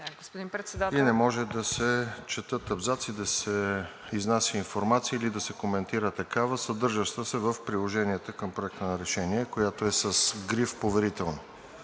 и не може да се четат абзаци, да се изнася информация или да се коментира такава, съдържаща се в приложенията към Проекта на решение, която е с гриф „Поверително“.